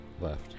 Left